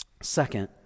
Second